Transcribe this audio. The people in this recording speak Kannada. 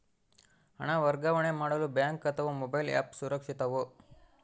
ಹಣ ವರ್ಗಾವಣೆ ಮಾಡಲು ಬ್ಯಾಂಕ್ ಅಥವಾ ಮೋಬೈಲ್ ಆ್ಯಪ್ ಸುರಕ್ಷಿತವೋ?